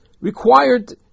required